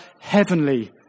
heavenly